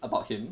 about him